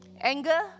Anger